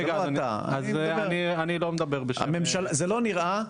לא אתה --- אני לא מדבר בשם --- זה לא נראה,